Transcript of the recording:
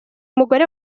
mugore